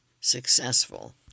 successful